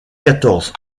quatorze